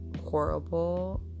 horrible